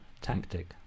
tactic